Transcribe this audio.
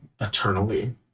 eternally